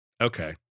Okay